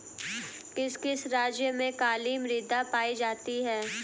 किस किस राज्य में काली मृदा पाई जाती है?